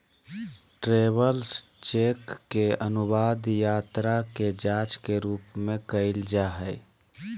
travellers cheque के अनुवाद यात्रा के जांच के रूप में कइल जा हइ